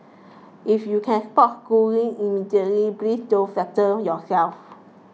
if you can spot Schooling immediately please don't flatter yourself